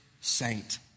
saint